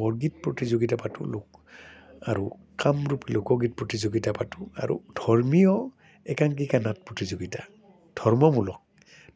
বৰগীত প্ৰতিযোগিতা পাতোঁ লোক আৰু কামৰূপ লোকগীত প্ৰতিযোগিতা পাতোঁ আৰু ধৰ্মীয় একাংকীকা নাট প্ৰতিযোগিতা ধৰ্মমূলক